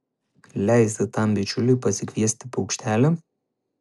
leisti tam bičiuliui pasikviesti paukštelį